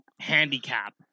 handicap